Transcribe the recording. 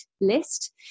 list